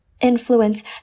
influence